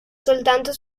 soltanto